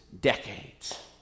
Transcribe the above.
decades